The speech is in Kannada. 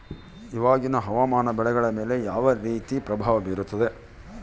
ಇವಾಗಿನ ಹವಾಮಾನ ಬೆಳೆಗಳ ಮೇಲೆ ಯಾವ ರೇತಿ ಪ್ರಭಾವ ಬೇರುತ್ತದೆ?